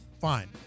fine